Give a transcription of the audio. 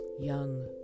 young